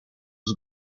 was